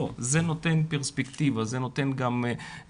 לא, זה נותן פרספקטיבה, זה נותן תחושת